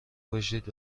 باشید